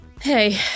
Hey